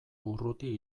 urruti